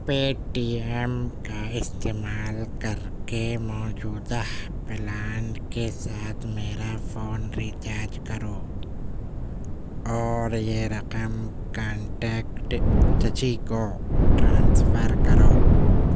پے T M کا استعمال کر کے موجودہ پلان کے ساتھ میرا فون ریچارج کرو اور یہ رقم کانٹیکٹ چچی کو ٹرانسفر کرو